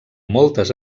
moltes